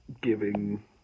giving